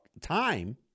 time